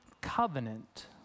covenant